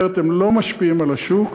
אחרת הם לא משפיעים על השוק.